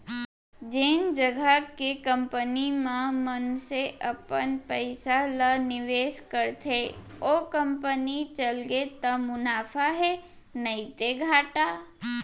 जेन जघा के कंपनी म मनसे अपन पइसा ल निवेस करथे ओ कंपनी चलगे त मुनाफा हे नइते घाटा